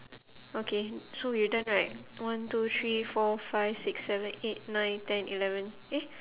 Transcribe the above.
okay so we're done right one two three four five six seven eight nine ten eleven eh